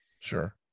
Sure